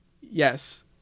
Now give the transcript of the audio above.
yes